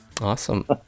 Awesome